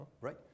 right